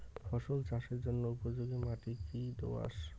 ফসল চাষের জন্য উপযোগি মাটি কী দোআঁশ?